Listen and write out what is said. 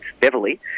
Beverly